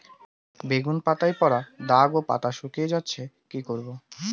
বেগুন পাতায় পড়া দাগ ও পাতা শুকিয়ে যাচ্ছে কি করব?